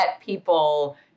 people